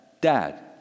Dad